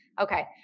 Okay